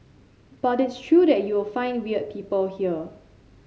but it's true that you'll find weird people here